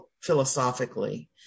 philosophically